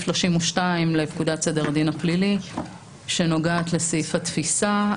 32 לפקודת סדר הדין הפלילי שנוגעת לסעיף התפיסה.,